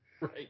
Right